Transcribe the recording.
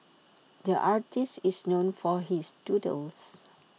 the artist is known for his doodles